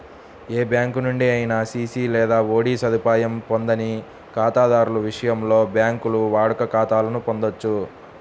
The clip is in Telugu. ఏ బ్యాంకు నుండి అయినా సిసి లేదా ఓడి సదుపాయం పొందని ఖాతాదారుల విషయంలో, బ్యాంకులు వాడుక ఖాతాలను పొందొచ్చు